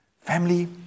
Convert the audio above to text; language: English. Family